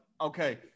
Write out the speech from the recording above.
okay